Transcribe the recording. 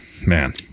man